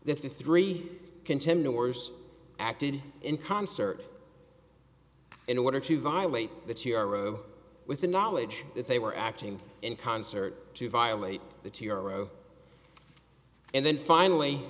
that the three contenders acted in concert in order to violate that with the knowledge that they were acting in concert to violate the two euro and then finally